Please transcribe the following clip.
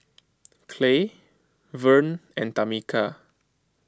Clay Verne and Tamika